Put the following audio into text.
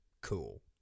Cool